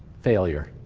failure.